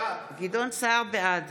בעד